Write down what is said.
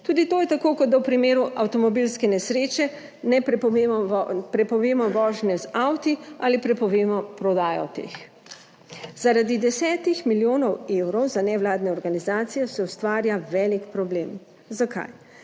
Tudi to je tako, kot da v primeru avtomobilske nesreče ne prepovemo vožnje z avti ali prepovemo prodajo teh. Zaradi 10 milijonov evrov za nevladne organizacije se ustvarja velik problem. Zakaj?